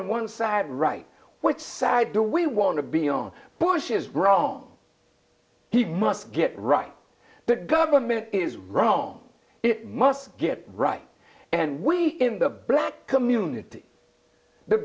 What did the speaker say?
only one side right which side do we want to be on bush is wrong he must get right the government is wrong it must get right and we in the black community the